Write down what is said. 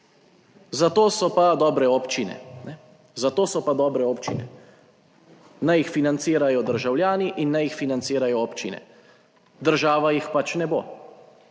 Za to so pa dobre občine. Naj jih financirajo državljani in naj jih financirajo občine, država jih pač ne bo,